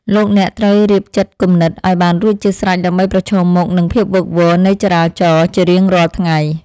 លោកអ្នកត្រូវរៀបចំចិត្តគំនិតឱ្យបានរួចជាស្រេចដើម្បីប្រឈមមុខនឹងភាពវឹកវរនៃចរាចរណ៍ជារៀងរាល់ថ្ងៃ។